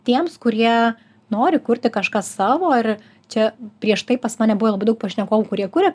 tiems kurie nori kurti kažką savo ar čia prieš tai pas mane buvo labai daug pašnekovų kurie kuria